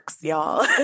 y'all